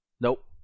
Nope